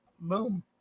Boom